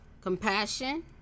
compassion